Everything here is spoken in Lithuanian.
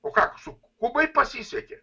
o ką su kubai pasisekė